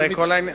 בסדר, אבל מתי?